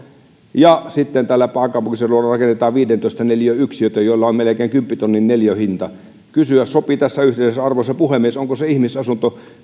ja sitten täällä pääkaupunkiseudulla rakennetaan viidentoista neliön yksiöitä joilla on melkein kymppitonnin neliöhinta kysyä sopii tässä yhteydessä arvoisa puhemies onko se ihmisasunto